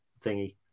thingy